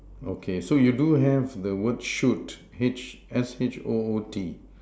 okay so you do have the word shoot H~ S_H_O_O_T